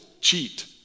cheat